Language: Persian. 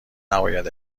نباید